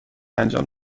انجام